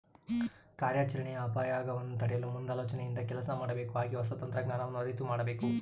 ಕಾರ್ಯಾಚರಣೆಯ ಅಪಾಯಗವನ್ನು ತಡೆಯಲು ಮುಂದಾಲೋಚನೆಯಿಂದ ಕೆಲಸ ಮಾಡಬೇಕು ಹಾಗೆ ಹೊಸ ತಂತ್ರಜ್ಞಾನವನ್ನು ಅರಿತು ಮಾಡಬೇಕು